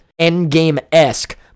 endgame-esque